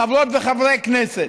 חברות וחברי כנסת: